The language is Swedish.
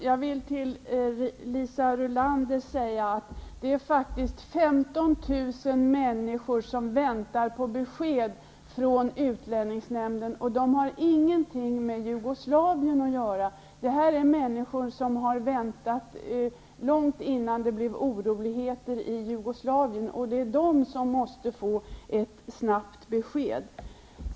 Herr talman! Till Liisa Rulander vill jag säga att det faktiskt är 15 000 människor som väntar på besked från utlänningsnämnden. De människorna har ingenting med Jugoslavien att göra. Det gäller människor som väntade långt innan det blev oroligt i Jugoslavien och som snabbt måste få besked.